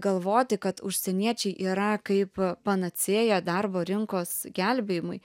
galvoti kad užsieniečiai yra kaip panacėja darbo rinkos gelbėjimui